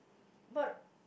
but